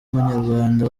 w’umunyarwanda